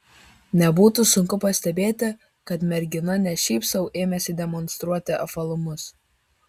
nebūtų sunku pastebėti kad mergina ne šiaip sau ėmėsi demonstruoti apvalumus